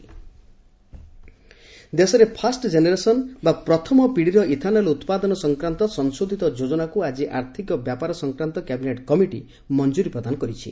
cabinet ମଞ୍ଜୁରୀ ଦେଶରେ first generation ବା ପ୍ରଥମ ପିଢ଼ିର ଇଥାନଲ୍ ଉତ୍ପାଦନ ସଂକ୍ରାନ୍ତ ସଂଶୋଧିତ ଯୋଜନାକୁ ଆଜି ଆର୍ଥିକ ବ୍ୟାପାର ସଂକ୍ରାନ୍ତ କ୍ୟାବିନେଟ୍ କମିଟି ମଞ୍ଜୁରି ପ୍ରଦାନ କରିଛି